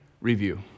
review